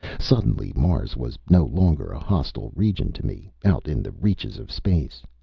suddenly mars was no longer a hostile region to me, out in the reaches of space.